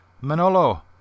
Manolo